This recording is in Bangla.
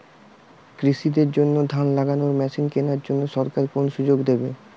কৃষি দের জন্য ধান লাগানোর মেশিন কেনার জন্য সরকার কোন সুযোগ দেবে?